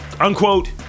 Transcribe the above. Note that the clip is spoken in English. unquote